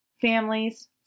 families